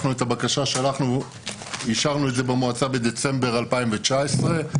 את הבקשה אישרנו במועצה בדצמבר 2019,